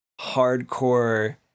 hardcore